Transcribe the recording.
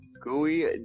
Gooey